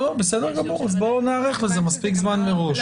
בסדר, אז בואו נערך לזה מספיק זמן מראש.